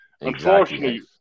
Unfortunately